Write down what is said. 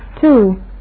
Two